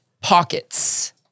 Pockets